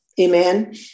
amen